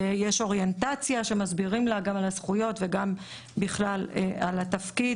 יש אוריינטציה שמסבירים לה גם על הזכויות וגם בכלל על התפקיד,